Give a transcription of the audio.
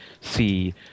see